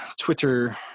Twitter